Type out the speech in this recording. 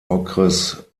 okres